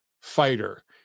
fighter